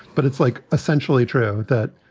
but it's like essentially true that